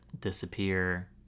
disappear